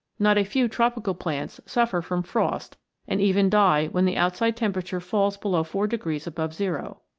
not a few tropical plants suffer from frost and even die when the outside temperature falls below four degrees above zero.